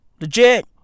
Legit